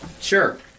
Sure